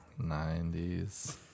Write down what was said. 90s